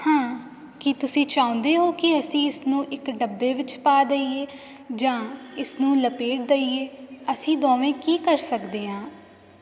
ਹਾਂ ਕੀ ਤੁਸੀਂ ਚਾਹੁੰਦੇ ਹੋ ਕਿ ਅਸੀਂ ਇਸ ਨੂੰ ਇੱਕ ਡੱਬੇ ਵਿੱਚ ਪਾ ਦੇਈਏ ਜਾਂ ਇਸ ਨੂੰ ਲਪੇਟ ਦੇਈਏ ਅਸੀਂ ਦੋਵੇਂ ਕੀ ਕਰ ਸਕਦੇ ਹਾਂ